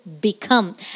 become